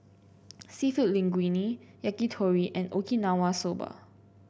seafood Linguine Yakitori and Okinawa Soba